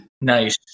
Nice